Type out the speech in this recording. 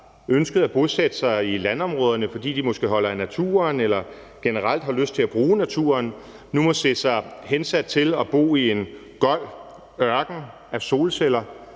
ønsket at bosætte sig i landområderne, fordi de måske holder af naturen eller de generelt har lyst til at bruge naturen, nu må se sig hensat til at bo i en gold ørken af solceller